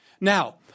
Now